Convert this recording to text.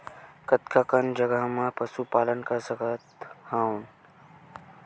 कतका कन जगह म पशु पालन कर सकत हव?